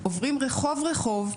עוברים רחוב רחוב.